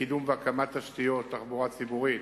לקידום ולהקמת תשתיות תחבורה ציבורית